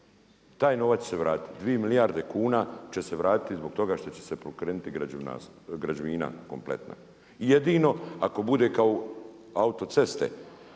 Taj novac će se vratiti, dvije milijarde kuna će se vratiti zbog toga što će se pokrenuti građevina kompletna. Jedino ako bude kao autoceste